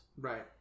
Right